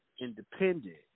independent